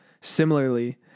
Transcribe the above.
similarly